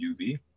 uv